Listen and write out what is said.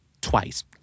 Twice